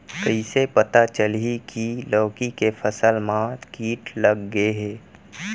कइसे पता चलही की लौकी के फसल मा किट लग गे हे?